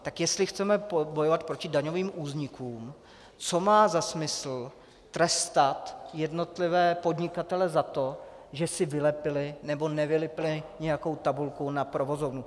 Tak jestli chceme bojovat proti daňovým únikům, co má za smysl trestat jednotlivé podnikatele za to, že si vylepili nebo nevylepili nějakou tabulku na provozovnu.